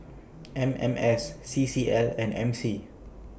M M S C C L and M C